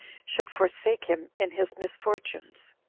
should forsake him in his misfortunes.